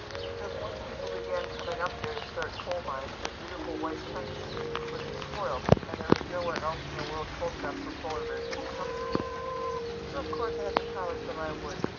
because once people began coming up there to start coal-mines, their beautiful white country would be spoiled and there was nowhere else in the world cold enough for polar bears to be comfortable. so of course i had to promise them i would.